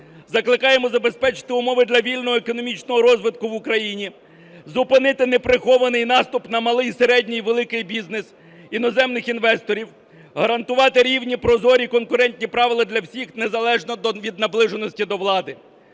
Закликаємо забезпечити умови для вільного економічного розвитку в Україні, зупинити неприхований наступ на малий, середній і великий бізнес, іноземних інвесторів, гарантувати рівні, прозорі, конкурентні правила для всіх, незалежно від наближеності до влади.